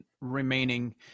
remaining